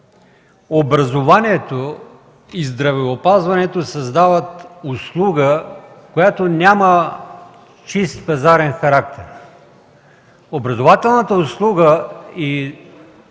образованието и здравеопазването създават услуга, която няма чист пазарен характер. Образователната услуга и